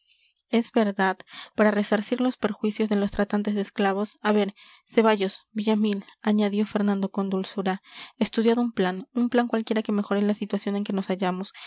es verdad para resarcir los perjuicios de los tratantes de esclavos a ver ceballos villamil añadió fernando con dulzura estudiad un plan un plan cualquiera que mejore la situación en que nos hallamos